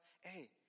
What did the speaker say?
hey